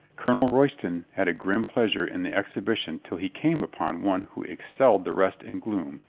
colonel royston had a grim pleasure in the exhibition till he came upon one who excelled the rest in gloom,